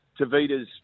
Tavita's